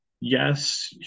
Yes